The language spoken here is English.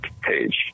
page